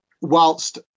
whilst